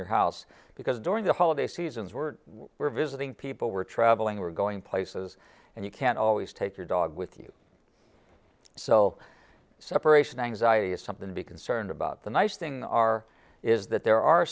your house because during the holiday seasons we're we're visiting people we're traveling we're going places and you can always take your dog with you so separation anxiety is something to be concerned about the nice thing are is that there are